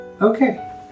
Okay